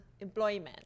employment